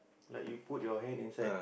like you put your hand inside